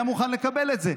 היה מוכן לקבל את זה.